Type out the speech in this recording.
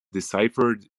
deciphered